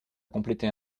compléter